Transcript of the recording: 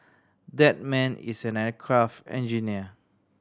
that man is an aircraft engineer